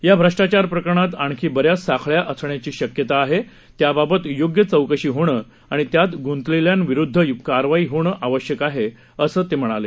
या भ्रष्टाचार प्रकरणात आणखी बऱ्याच साखळ्या असण्याची शक्यता आहे त्याबाबत योग्य चौकशी होणं आणि यात गृंतलेल्यांविरुदध कारवाई होणं आवश्यक आहे असं ते म्हणाले